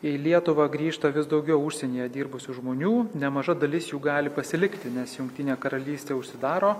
į lietuvą grįžta vis daugiau užsienyje dirbusių žmonių nemaža dalis jų gali pasilikti nes jungtinė karalystė užsidaro